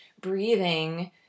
breathing